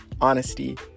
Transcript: honesty